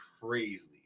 crazy